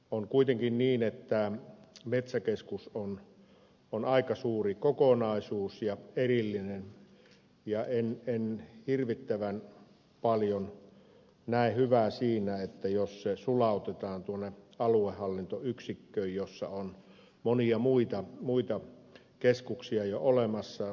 on kuitenkin niin että metsäkeskus on aika suuri ja erillinen kokonaisuus ja en hirvittävän paljon näe hyvää siinä jos se sulautetaan aluehallintoyksikköön jossa on monia muita keskuksia jo olemassa